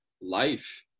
life